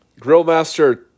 Grillmaster